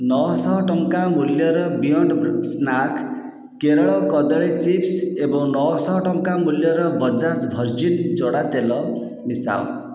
ନଅଶହ ଟଙ୍କା ମୂଲ୍ୟର ବିୟଣ୍ଡ ସ୍ନାକ କେରଳ କଦଳୀ ଚିପ୍ସ ଏବଂ ନଅଶହ ଟଙ୍କା ମୂଲ୍ୟର ବଜାଜ ଭର୍ଜିନ୍ ଜଡ଼ା ତେଲ ମିଶାଅ